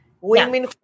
women